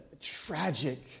tragic